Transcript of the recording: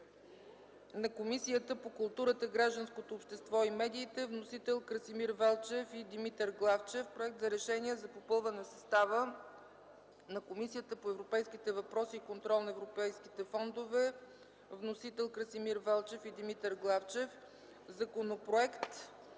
на Комисията по културата, гражданското общество и медиите. Вносители са Красимир Велчев и Димитър Главчев. Проект за решение за попълване състава на Комисията по европейските въпроси и контрол на европейските фондове. Вносители са Красимир Велчев и Димитър Главчев. Законопроект